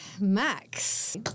Max